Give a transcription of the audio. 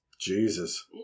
Jesus